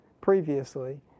previously